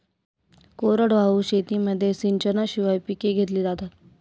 कोरडवाहू शेतीमध्ये सिंचनाशिवाय पिके घेतली जातात